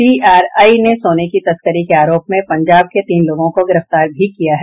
DRI ने सोने की तस्करी के आरोप में पंजाब के तीन लोगों को गिरफ्तार भी किया है